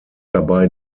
dabei